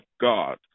God